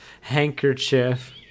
handkerchief